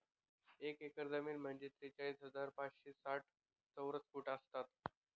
एक एकर जमीन म्हणजे त्रेचाळीस हजार पाचशे साठ चौरस फूट असतात